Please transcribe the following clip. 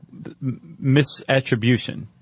misattribution